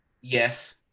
yes